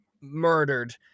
murdered